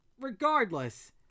Regardless